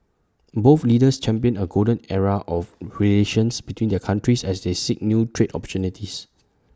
both leaders championed A golden era of relations between their countries as they seek new trade opportunities